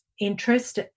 interest